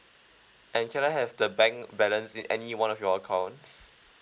and can I have the bank balance in any one of your accounts